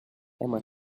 emma